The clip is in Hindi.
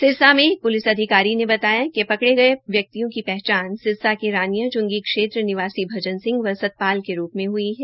सिरसा मे एक प्लिस अधिकारी ने बताया कि पकड़े गये व्यक्यिों की पहचान सिरसा क रानियां क्षेत्र निवासी भजन सिंह व सतपाल के रूप में हुई है